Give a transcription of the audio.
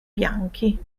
bianchi